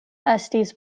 estis